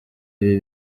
ibi